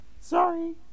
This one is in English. Sorry